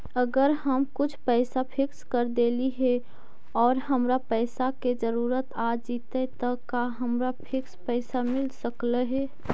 अगर हम कुछ पैसा फिक्स कर देली हे और हमरा पैसा के जरुरत आ जितै त का हमरा फिक्स पैसबा मिल सकले हे?